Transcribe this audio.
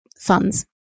funds